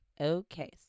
okay